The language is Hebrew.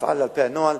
נפעל על-פי הנוהל,